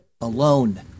alone